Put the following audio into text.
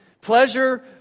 Pleasure